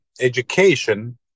Education